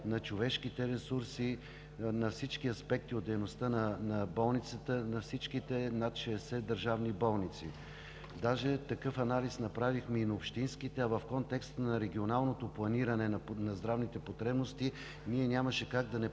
на човешките ресурси, на всички аспекти от дейността на болниците – на всичките над 60 държавни болници. Даже такъв анализ направихме и на общинските, а в контекста на регионалното планиране на здравните потребности ние нямаше как да не